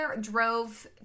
drove